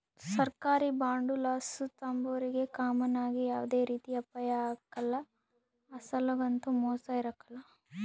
ಸರ್ಕಾರಿ ಬಾಂಡುಲಾಸು ತಾಂಬೋರಿಗೆ ಕಾಮನ್ ಆಗಿ ಯಾವ್ದೇ ರೀತಿ ಅಪಾಯ ಆಗ್ಕಲ್ಲ, ಅಸಲೊಗಂತೂ ಮೋಸ ಇರಕಲ್ಲ